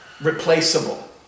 replaceable